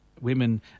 women